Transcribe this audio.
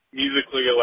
musically